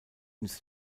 ins